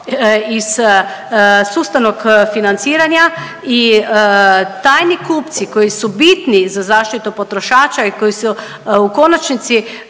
iz sustavnog financiranja i tajni kupci koji su bitni za zaštitu potrošača i koji su u konačnici